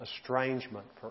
estrangement